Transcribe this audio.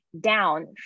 down